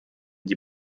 die